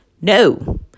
No